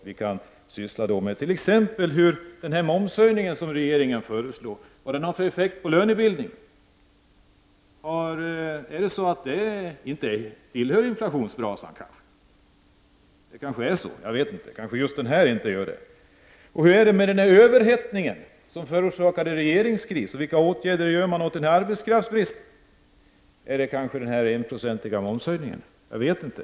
Vi kan t.ex. ägna oss åt den momshöjning som regeringen föreslår och de effekter den har på lönebildningen. Tillhör kanske inte detta inflationsbrasan? Det kanske är så, jag vet inte. Kanske inte just den här höjningen gör det. Hur är det med överhettningen som förorsakade regeringskrisen, och vilka åtgärder genomför regeringen för att komma åt arbetskraftsbristen? Är det kanske den enprocentiga momshöjningen? Jag vet inte.